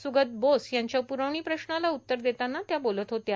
सुगत बोस यांच्या पुरवणी प्रश्नाला उत्तर देताना त्या बोलत होत्या